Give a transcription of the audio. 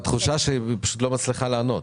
בתחושה שלי היא לא מצליחה לענות.